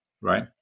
right